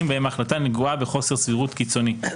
שבהם ההחלטה נגועה בחוסר סבירות קיצוני.